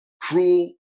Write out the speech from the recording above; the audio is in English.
Cruel